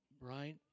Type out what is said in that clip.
right